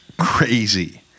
crazy